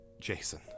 Jason